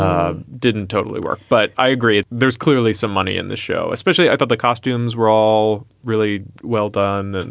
ah didn't totally work. but i agree, there's clearly some money in the show, especially. i thought the costumes were all really well done. mm